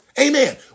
Amen